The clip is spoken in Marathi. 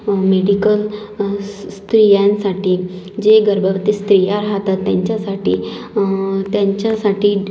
मेडिकल स स्त्रियांसाठी जे गर्भवती स्त्रिया राहतात त्यांच्यासाठी त्यांच्यासाठी